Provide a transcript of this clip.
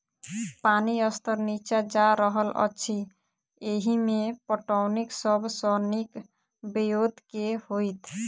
पानि स्तर नीचा जा रहल अछि, एहिमे पटौनीक सब सऽ नीक ब्योंत केँ होइत?